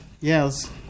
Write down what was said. Yes